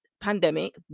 pandemic